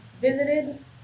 visited